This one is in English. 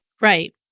Right